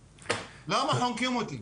למה חונקים אותי?